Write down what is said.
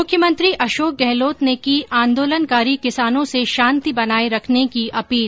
मुख्यमंत्री अशोक गहलोत ने की आंदोलनकारी किसानों से शांति बनाये रखने की अपील